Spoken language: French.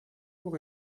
pour